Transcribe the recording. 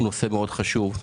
הוא נושא מאוד חשוב.